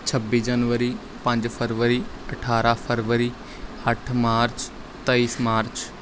ਛੱਬੀ ਜਨਵਰੀ ਪੰਜ ਫਰਵਰੀ ਅਠਾਰਾਂ ਫਰਵਰੀ ਅੱਠ ਮਾਰਚ ਤੇਈਸ ਮਾਰਚ